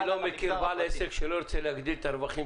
אני לא מכיר בעל עסק שלא ירצה להגדיל את הרווחים